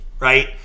Right